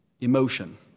emotion